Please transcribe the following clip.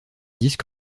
disques